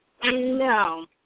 No